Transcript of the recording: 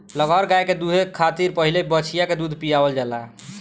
लगहर गाय के दूहे खातिर पहिले बछिया के दूध पियावल जाला